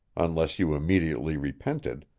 unless you immediately repented,